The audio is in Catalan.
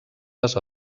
les